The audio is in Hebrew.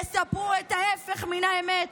יספרו את ההפך מן האמת,